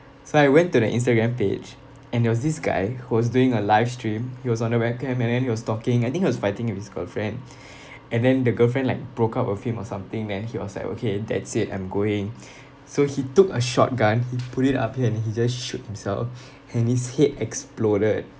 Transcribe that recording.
so I went to the Instagram page and there was this guy who was doing a live stream he was on the webcam and then he was talking I think he was fighting with his girlfriend and then the girlfriend like broke up with him or something then he was like okay that's it I'm going so he took a shotgun he put it up here and he just shoot himself and his head exploded